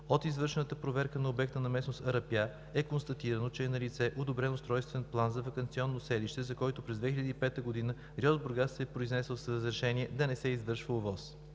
От извършената проверка на обекта на местност Арапя е констатирано, че е налице одобрен устройствен план за ваканционно селище, за който през 2005 г. РИОСВ – Бургас, се е произнесъл с разрешение да не се извършва ОВОС.